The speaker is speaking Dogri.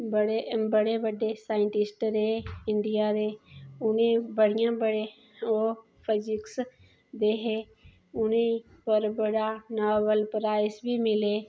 बडे़ बड्डे साइंटिस्ट रेह् इंडिया दे उ'नें ओह् फिजिक्श दे हे उ'नेंगी नाॅवल प्राइज बी मिले